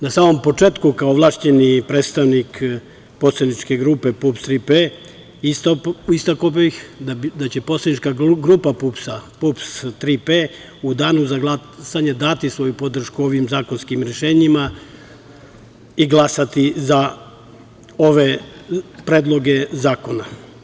Na samom početku, kao ovlašćeni predstavnik poslaničke grupe PUPS-Tri P, istakao bih da će poslanička grupa PUPS-Tri P u danu za glasanje dati svoju podršku ovim zakonskim rešenjima i glasati za ove predloge zakona.